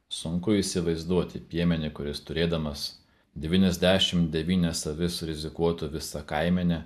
sunku įsivaizduoti piemenį kuris turėdamas devyniasdešim devynias avis rizikuotų visa kaimene